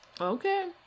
Okay